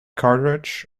cartridge